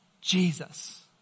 Jesus